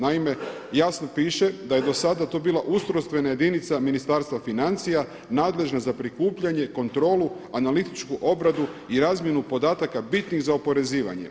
Naime, jasno piše da je do sada to bila ustrojstvena jedinica Ministarstva financija nadležna za prikupljanje, kontrolu, analitičku obradu i razmjenu podataka bitnih za oporezivanje.